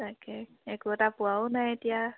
তাকে একো এটা পোৱাও নাই এতিয়া